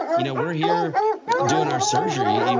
you know we're here doing our surgery.